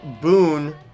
Boone